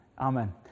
amen